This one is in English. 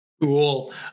Cool